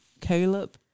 Caleb